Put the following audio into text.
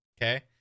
Okay